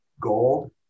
gold